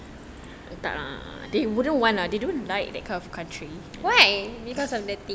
why because of that thing